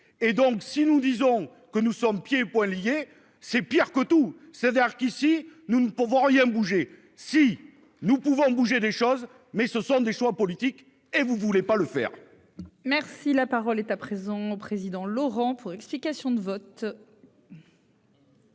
et donc si nous disons que nous sommes pieds et poings liés. C'est pire que tout, c'est qu'ici, nous ne pouvons rien bouger. Si nous pouvons bouger des choses mais ce sont des choix politiques et vous voulez pas le faire. Merci la parole est à présent au président Laurent pour explication de vote.--